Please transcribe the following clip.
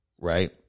Right